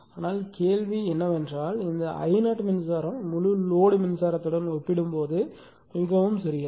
ஆனால் கேள்வி என்னவென்றால் இந்த I0 மின்சாரம் முழு லோடு மின்சாரத்துடன் ஒப்பிடும்போது மிகவும் சிறியது